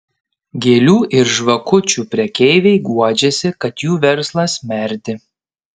gėlių ir žvakučių prekeiviai guodžiasi kad jų verslas merdi